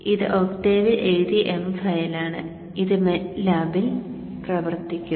ഇത് ഒക്ടേവിൽ എഴുതിയ m ഫയലാണ് ഇത് MATLAB ൽ പ്രവർത്തിക്കും